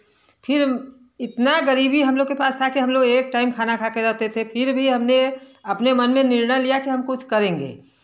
फिर इतना गरीबी हम लोग के पास था कि हम लोग एक टाइम खाना खाकर रहते थे फिर भी हमने अपने मन में निर्णय लिया हम कुछ करेंगे